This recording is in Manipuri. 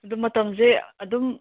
ꯑꯗꯨ ꯃꯇꯝꯁꯦ ꯑꯗꯨꯝ